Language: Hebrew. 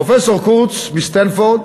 פרופסור קורץ מסטנפורד,